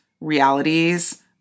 realities